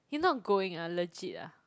you not going ah legit ah